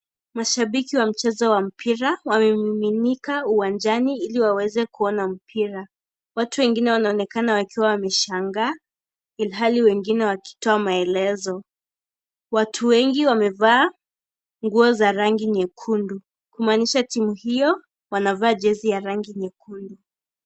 Mashabiki wa mchezo wa mpira, wamemiminika uwanjani ili waweze kuona mpira. Watu wengine wanaonekana wakiwa wameshangaa ilhali wengine wakitoa maelezo. Watu wengi wamevaa nguo za rangi nyekundu, kumanisha timu hiyo wanavaa jezi ya rangi nyekundu.